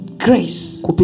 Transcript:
grace